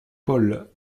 paul